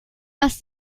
dass